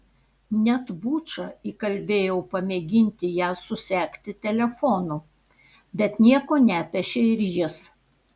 net bučą įkalbėjau pamėginti ją susekti telefonu bet nieko nepešė ir jis